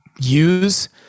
use